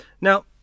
Now